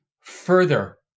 further